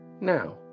Now